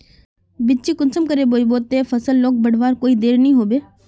बिच्चिक कुंसम करे बोई बो ते फसल लोक बढ़वार कोई देर नी होबे?